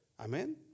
Amen